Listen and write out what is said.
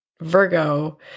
Virgo